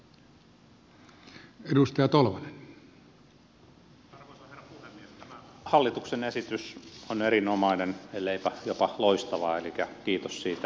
tämä hallituksen esitys on erinomainen elleipä jopa loistava elikkä kiitos siitä oikeusministerille